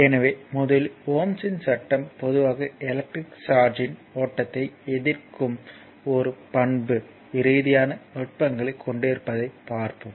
எனவே முதலில் ஓம்ஸ் இன் சட்டம் ohm's Law பொதுவாக எலக்ட்ரிக் சார்ஜ்யின் ஓட்டத்தை எதிர்க்கும் ஒரு பண்பு ரீதியான நடத்தைகளைக் கொண்டிருப்பதைப் பார்ப்போம்